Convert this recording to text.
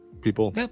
people